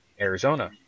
arizona